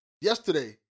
Yesterday